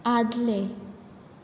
आदलें